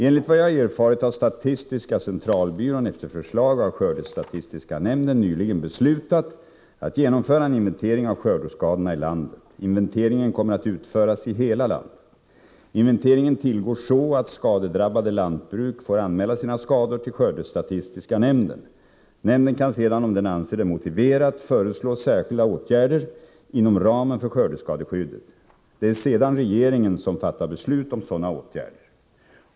Enligt vad jag erfarit har statistiska centralbyrån efter förslag av skördestatistiska nämnden nyligen beslutat att genomföra en inventering av skördeskadorna i landet. Inventeringen kommer att utföras i hela landet. Inventeringen tillgår så att skadedrabbade lantbruk får anmäla sina skador till skördestatistiska nämnden. Nämnden kan sedan om den anser det motiverat föreslå särskilda åtgärder inom ramen för skördeskadeskyddet. Det är sedan regeringen som fattar beslut om sådana åtgärder.